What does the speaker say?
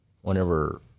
whenever